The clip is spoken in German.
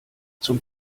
zum